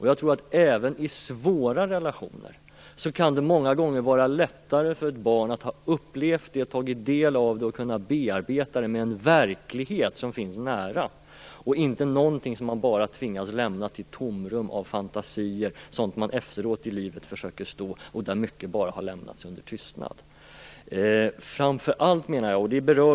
Jag tror att det även i svåra relationer många gånger kan vara lättare för ett barn att ha upplevt detta, att ha tagit del av det och kunnat bearbeta det med en verklighet som finns nära, så att det inte är någonting som man bara tvingas lämna till ett tomrum av fantasier. Sådant som man efteråt i livet försöker förstå, där mycket bara har lämnats under tystnad.